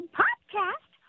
podcast